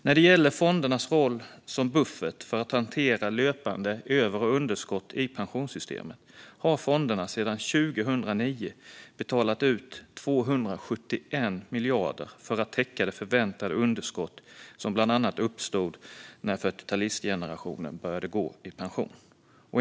När det gäller fondernas roll som buffert för att hantera löpande över och underskott i pensionssystemen har fonderna sedan 2009 betalat ut 271 miljarder för att täcka det förväntade underskott som bland annat uppstod när 40-talistgenerationen började gå i pension.